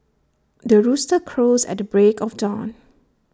the rooster crows at the break of dawn